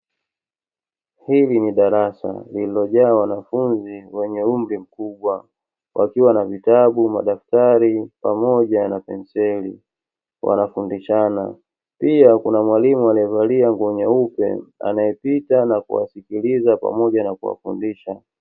Hili ni darasa lililojaa wanafunzi wenye umri mkubwa wakiwa na vitabu, madftari, pamoja na penseli wanafundishana. Pia kuna mwalimu aliyevalia nguo nyeupe anayepita na kuwasikiliza pamoja na kuwafundisha.